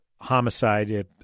homicide